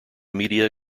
media